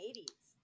80s